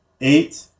eight